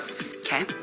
Okay